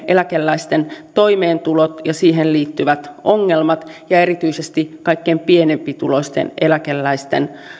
eläkeläisten toimeentulon ja siihen liittyvät ongelmat ja erityisesti kaikkein pienituloisimpien eläkeläisten